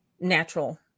natural